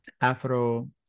afro